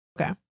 Okay